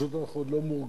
פשוט אנחנו עוד לא מורגלים